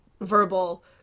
verbal